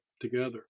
together